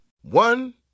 One